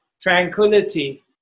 tranquility